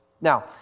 Now